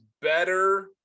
better